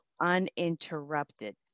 uninterrupted